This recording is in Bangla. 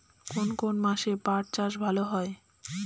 কোন কোন মাসে পাট চাষ ভালো হয়?